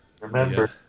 Remember